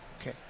Okay